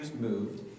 moved